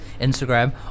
Instagram